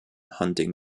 hunting